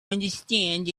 understand